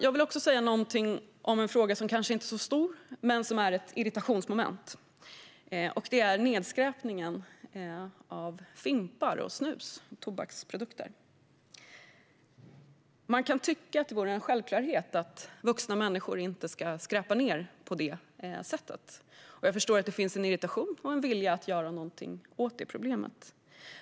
Jag vill också säga något om en fråga som kanske inte är så stor men som är ett irritationsmoment, nämligen nedskräpningen med fimpar, snus och tobaksprodukter. Man kan tycka att det är en självklarhet att vuxna människor inte ska skräpa ned på det sättet, och jag förstår att det finns en irritation och en vilja att göra något åt problemet.